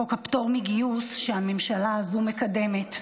חוק הפטור מגיוס שהממשלה הזו מקדמת.